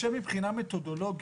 מבחינה מתודולוגית,